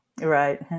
Right